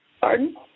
Pardon